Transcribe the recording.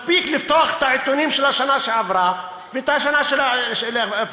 מספיק לפתוח את העיתונים של השנה שעברה ושל השנה שלפניה,